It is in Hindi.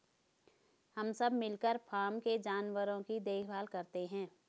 हम सब मिलकर फॉर्म के जानवरों की देखभाल करते हैं